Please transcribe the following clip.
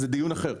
זה דיון כבר אחר,